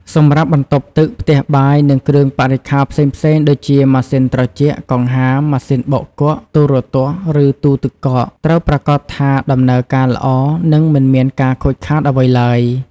សម្រាប់បន្ទប់ទឹក ផ្ទះបាយ និងគ្រឿងបរិក្ខារផ្សេងៗដូចជា ម៉ាស៊ីនត្រជាក់ កង្ហារ ម៉ាស៊ីនបោកគក់ ទូរទស្សន៍ ឬទូទឹកកក ត្រូវប្រាកដថាដំណើរការល្អ និងមិនមានការខូចខាតអ្វីឡើយ។